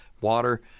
water